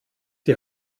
die